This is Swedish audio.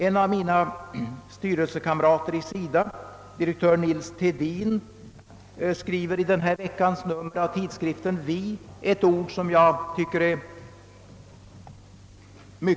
En av mina styrelsekamrater i SIDA, direktör Nils Thedin, skriver i denna veckas nummer av tidskriften Vi något som är värt att beakta.